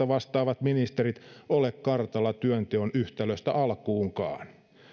vastaavat ministerit ole kartalla työnteon yhtälöstä alkuunkaan